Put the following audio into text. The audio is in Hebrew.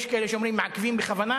יש כאלה שאומרים שמעכבים בכוונה,